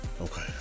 Okay